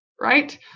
Right